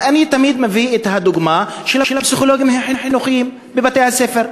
אני תמיד מביא את הדוגמה של הפסיכולוגים החינוכיים בבתי-הספר.